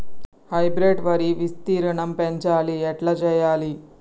Hybrid వరి విస్తీర్ణం పెంచాలి ఎట్ల చెయ్యాలి?